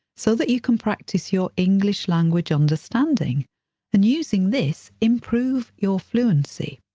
so that you can practise your english language understanding and using this, improve your fluency.